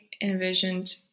envisioned